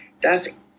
dass